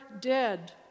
dead